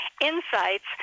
insights